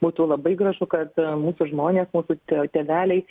būtų labai gražu kad mūsų žmonės mūsų tie tėveliai